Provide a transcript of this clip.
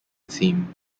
theme